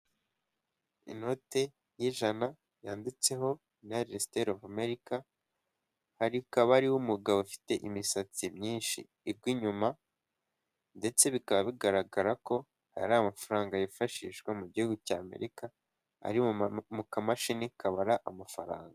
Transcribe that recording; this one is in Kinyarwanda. Inote y'ijana, yanditseho unayitedi siteti ofu Amerika, hakaba hariho umugabo ufite imisatsi myinshi igwa inyuma, ndetse bikaba bigaragara ko ari amafaranga yifashishwa mu gihugu cy'Amerika, ari mu kamashini kabara amafaranga.